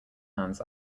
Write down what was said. hands